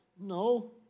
no